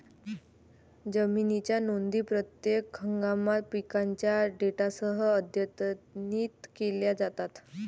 जमिनीच्या नोंदी प्रत्येक हंगामात पिकांच्या डेटासह अद्यतनित केल्या जातात